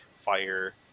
fire